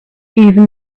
even